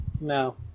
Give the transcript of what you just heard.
No